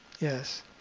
yes